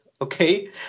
Okay